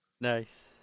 Nice